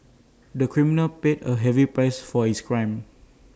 the criminal paid A heavy price for his crime